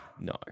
No